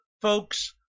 folks